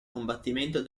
combattimento